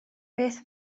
beth